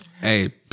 Hey